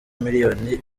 millions